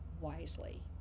wisely